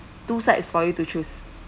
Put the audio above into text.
two sides for you to choose